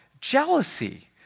jealousy